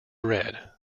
red